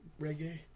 reggae